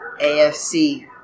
AFC